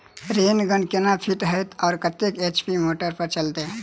Rain gun केना fit हेतइ आ कतेक एच.पी मोटर पर चलतै?